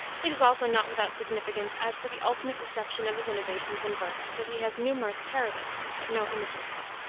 it is also not without significance as to the ultimate reception of his innovations in verse that he has numerous parodists, but no imitators.